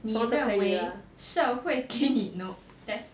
你认为社会给你 test